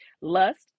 lust